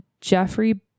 Jeffrey